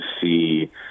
see